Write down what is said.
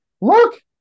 look